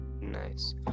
Nice